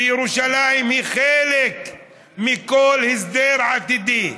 וירושלים היא חלק מכל הסדר עתידי.